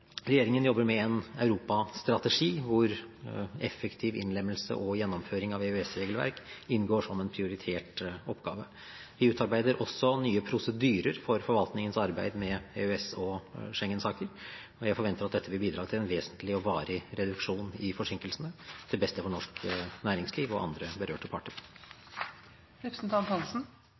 Regjeringen jobber med en Europa-strategi, hvor effektiv innlemmelse og gjennomføring av EØS-regelverk inngår som en prioritert oppgave. Vi utarbeider også nye prosedyrer for forvaltningens arbeid med EØS- og Schengen-saker. Jeg forventer at dette vil bidra til en vesentlig og varig reduksjon i forsinkelsene til beste for norsk næringsliv og andre berørte parter.